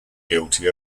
guilty